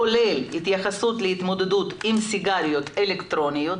כולל התייחסות להתמודדות עם סיגריות אלקטרוניות,